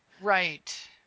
Right